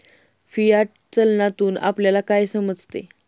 Fiat चलनातून आपल्याला काय समजते?